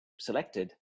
selected